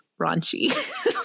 raunchy